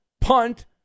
punt